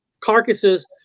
carcasses